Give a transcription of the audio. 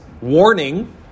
warning